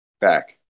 back